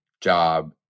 job